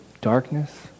darkness